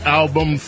album